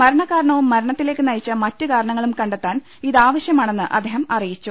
മരണകാരണവും മരണത്തിലേക്ക് നയിച്ച മറ്റ് കാരണങ്ങളും കണ്ടെത്താൻ ഇതാവശ്യമാണെന്ന് അദ്ദേഹം അറിയിച്ചു